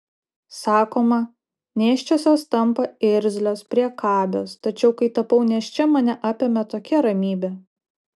sakoma nėščiosios tampa irzlios priekabios tačiau kai tapau nėščia mane apėmė tokia ramybė